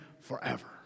forever